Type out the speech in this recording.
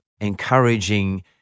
encouraging